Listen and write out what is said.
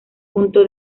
punto